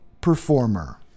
performer